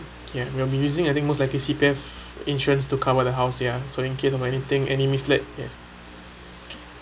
ya you will be using I think most likely C_P_F insurance to cover the house ya so in case of anything any mislead yes